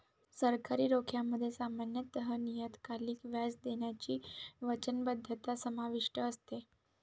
सरकारी रोख्यांमध्ये सामान्यत नियतकालिक व्याज देण्याची वचनबद्धता समाविष्ट असते